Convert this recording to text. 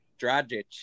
Dragic